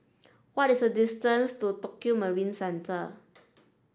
what is the distance to Tokio Marine Centre